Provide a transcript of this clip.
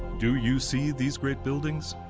do you see these great buildings?